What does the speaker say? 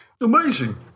Amazing